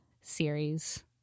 series